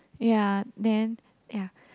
ya then ya